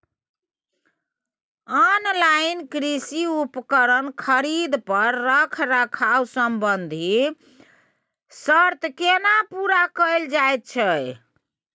Online कृषि उपकरण खरीद पर रखरखाव संबंधी सर्त केना पूरा कैल जायत छै?